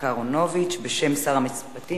חוק ומשפט,